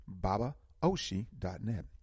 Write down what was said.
babaoshi.net